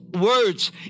words